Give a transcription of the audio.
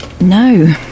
No